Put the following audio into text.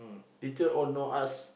teacher all know us